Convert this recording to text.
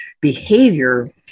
behavior